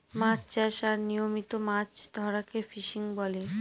মাছ চাষ আর নিয়মিত মাছ ধরাকে ফিসিং বলে